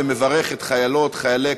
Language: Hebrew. ומברך את חיילות וחיילי,